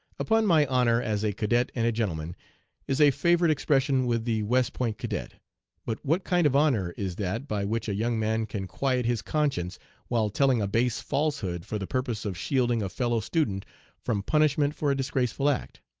upon my honor as a cadet and a gentleman is a favorite expression with the west point cadet but what kind of honor is that by which a young man can quiet his conscience while telling a base falsehood for the purpose of shielding a fellow-student from punishmen for a disgraceful act?